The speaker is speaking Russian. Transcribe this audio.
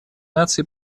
наций